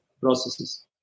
processes